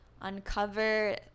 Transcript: uncover